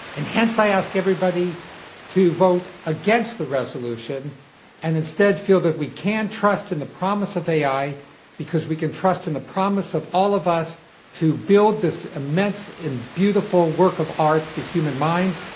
and, hence, i ask everybody to vote against the resolution and instead feel that we can trust in the promise of ai because we can trust in the promise of all of us to build this immense and beautiful work of art, the human mind,